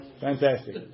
Fantastic